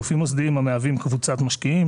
גופים מוסדיים המהווים קבוצת משקיעים,